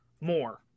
more